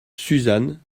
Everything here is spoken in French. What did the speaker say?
suzanne